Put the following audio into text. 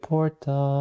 Porta